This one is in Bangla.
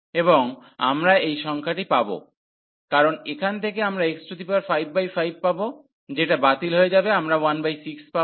এবং আমরা এই সংখ্যাটি পাব কারণ এখান থেকে আমরা x55 পাব যেটা বাতিল হয়ে যাবে আমরা 16 পাব